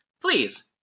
please